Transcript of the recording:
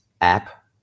app